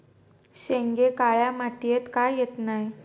शेंगे काळ्या मातीयेत का येत नाय?